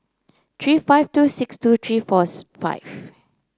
three five two six two three four five